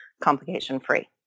complication-free